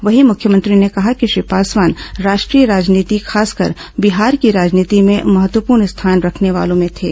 वहीं मुख्यमंत्री ने कहा कि श्री पासवान राष्ट्रीय राजनीति खासकर बिहार की राजनीति में महत्वपूर्ण स्थान रखने वालों में थे